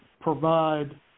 provide